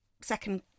second